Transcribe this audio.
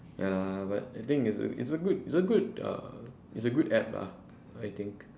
ya but the thing is it's a good it's a good(uh) it's a good app lah I think